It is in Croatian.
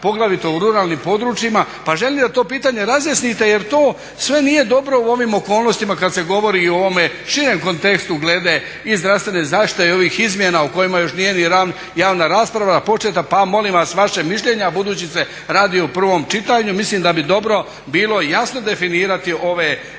poglavito u ruralnim područjima. Pa želim da to pitanje razjasnite jer to sve nije dobro u ovim okolnostima kad se govori i o ovome širem kontekstu glede i zdravstvene zaštite i ovih izmjena o kojima još nije ni javna rasprava početa, pa molim vas vaše mišljenje, a budući se radi o prvom čitanju, mislim da bi dobro bilo jasno definirati ove razlike